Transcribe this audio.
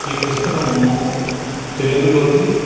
ఈ పుస్తకము తెలుగులోకి